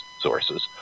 sources